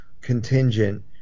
contingent